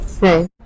right